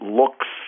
looks